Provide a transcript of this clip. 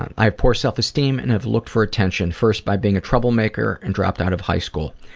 i have poor self-esteem and have looked for attention first by being a troublemaker and dropped out of high school.